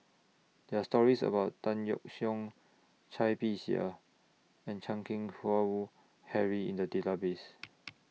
There Are stories about Tan Yeok Seong Cai Bixia and Chan Keng Howe Harry in The Database